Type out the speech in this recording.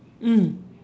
mm